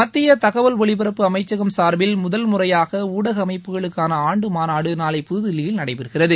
மத்திய தகவல் ஒலிபரப்பு அமைச்சகம் சார்பில் முதல் முறையாக ஊடக அமைப்புகளுக்கான ஆண்டு மாநாடு நாளை புதுதில்லியில் நடைபெறுகிறது